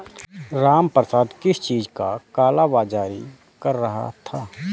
रामप्रसाद किस चीज का काला बाज़ारी कर रहा था